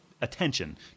attention